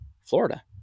Florida